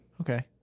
Okay